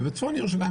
ובצפון ירושלים,